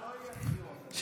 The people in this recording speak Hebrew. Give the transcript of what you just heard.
אולי לא יהיו בחירות, אני יודע?